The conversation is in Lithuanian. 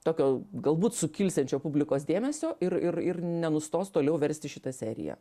tokio galbūt sukilsiančio publikos dėmesio ir ir ir nenustos toliau versti šitą seriją